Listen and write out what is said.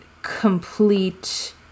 complete